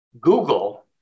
Google